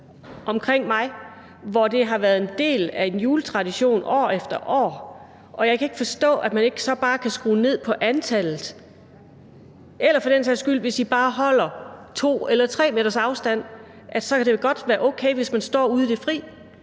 rundtomkring mig, hvor det har været en del af juletraditionen år efter år, og jeg kan ikke forstå, at man så bare ikke kan skrue ned for antallet, eller for den sags skyld, hvis man bare holder 2 eller 3 meters afstand, at det godt kan være okay, hvis man står ude i det fri.